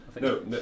No